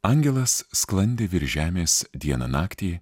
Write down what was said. angelas sklandė virš žemės dieną naktį